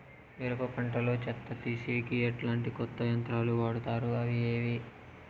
మిరప పంట లో చెత్త తీసేకి ఎట్లాంటి కొత్త యంత్రాలు వాడుతారు అవి ఏవి?